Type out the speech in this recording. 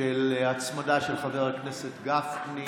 של הצמדה של חבר הכנסת גפני